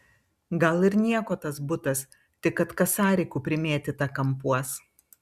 gal ir nieko tas butas tik kad kasarikų primėtyta kampuos